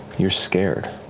you're scared.